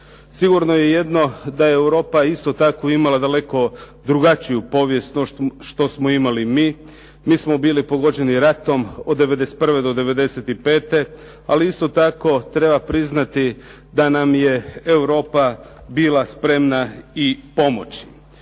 Sigurno je jedno da je Europa isto tako imala daleko drugačiju povijest no što smo imali mi. Mi smo bili pogođeni ratom od '91. do '95. Ali isto tako treba priznati da nam je Europa bila spremna i pomoći.